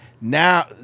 Now